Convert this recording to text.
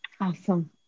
Awesome